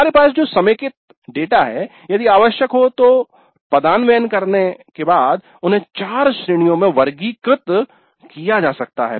हमारे पास जो समेकित डेटा है यदि आवश्यक हो तो उन्हें पदान्वयन करने के बाद उन्हें चार श्रेणियों में वर्गीकृत किया जा सकता है